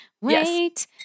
Wait